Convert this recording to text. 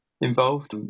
involved